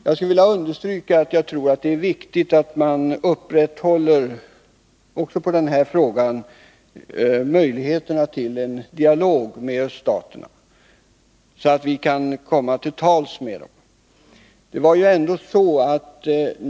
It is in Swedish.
Jag skulle vilja understryka att jag tror att det är viktigt att man också i den här frågan håller möjligheterna öppna för en dialog med öststaterna, så att vi kan komma till tals med dem.